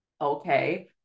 Okay